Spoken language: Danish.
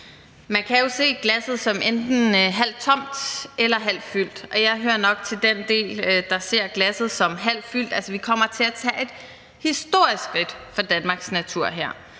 Man kan jo se glasset som enten halvt tomt eller halvt fyldt, og jeg hører nok til den del, der ser glasset som halvt fyldt. Vi kommer til at tage et historisk skridt for Danmarks natur her.